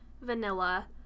vanilla